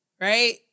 right